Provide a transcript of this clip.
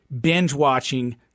binge-watching